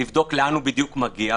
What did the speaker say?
לבדוק לאן הוא בדיוק מגיע.